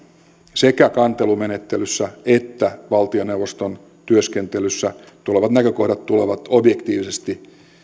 sekä kantelumenettelyssä että valtioneuvoston työskentelyssä tulevat näkökohdat tulevat objektiivisesti